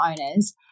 owners